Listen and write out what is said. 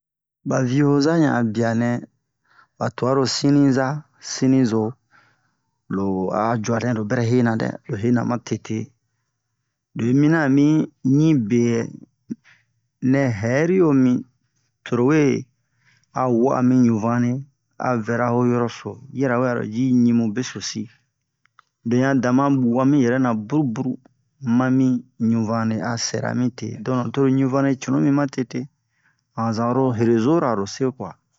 ba vio'oza yan a bianɛ ba tuaro siniza sinizo lo a juanɛ lo bɛrɛ hena dɛ lo hena ma tete lo yi mina ami mi beyɛ nɛ hɛri yo mi toro we a wa'a mi ɲuvane a vɛra ho yoro so yirawe aro ji ɲimu besosi lo yan dama bu'a mi yɛrɛ na buru-buru ma mi ɲuvane a sɛra mite don toro ɲuvane cunu mi ma tete han zan oro rezora lo se kwa